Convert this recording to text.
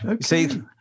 See